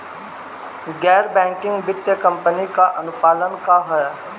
गैर बैंकिंग वित्तीय कंपनी के अनुपालन का ह?